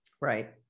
right